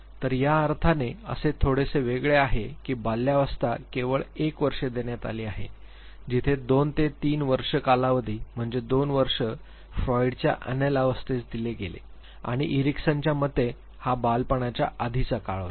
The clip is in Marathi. तर या अर्थाने येथे थोडेसे वेगळे आहे की बाल्यावस्था केवळ एक वर्ष देण्यात आली आहे जिथे 2 ते 3 वर्षे कालावधी म्हणजे 2 वर्ष फ्रॉइडच्या अनल अवस्थेस दिले गेले आणि इरिकसनच्या मते हा बालपणाच्या आधीचा काळ होता